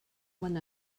one